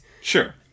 Sure